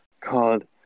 Called